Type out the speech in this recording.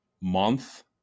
month